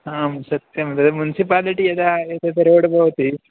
आं सत्यं तद् मुन्सिपालिटि यदा एतत् रोड् भवति